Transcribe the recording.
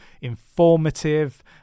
informative